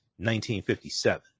1957